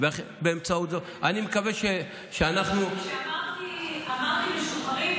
אני מקווה שאנחנו אמרתי "משוחררים",